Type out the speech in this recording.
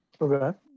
Okay